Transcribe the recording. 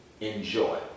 enjoy